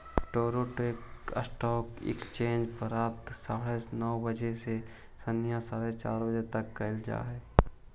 Toronto stock exchange प्रातः साढ़े नौ बजे से सायं चार बजे तक कार्य करऽ हइ